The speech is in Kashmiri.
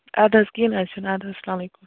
اَدٕ حظ کیٚنہہ نہ حظ چھِنہٕ اَدٕ حظ السلام علیکُم